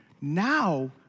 now